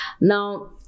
Now